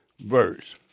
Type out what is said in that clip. Verse